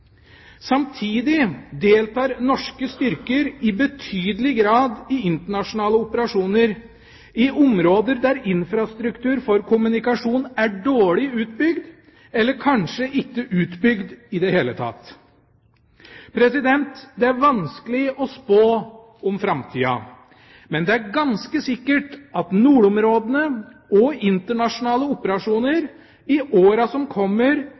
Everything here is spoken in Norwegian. Samtidig deltar norske styrker i betydelig grad i internasjonale operasjoner i områder der infrastruktur for kommunikasjon er dårlig utbygd, eller kanskje ikke utbygd i det hele tatt. Det er vanskelig å spå om framtida, men det er ganske sikkert at nordområdene og internasjonale operasjoner i åra som kommer